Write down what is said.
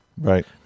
Right